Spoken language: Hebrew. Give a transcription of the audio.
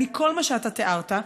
מכל מה שאתה תיארת,